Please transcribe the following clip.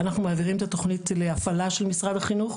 אנחנו מעבירים את התכנית להפעלה של משרד החינוך,